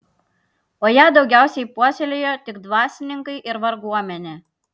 o ją daugiausiai puoselėjo tik dvasininkai ir varguomenė